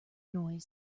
noise